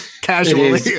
Casually